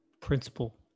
Principle